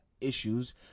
issues